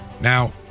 Now